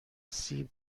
سیب